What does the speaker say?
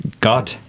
God